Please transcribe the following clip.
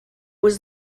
was